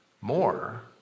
more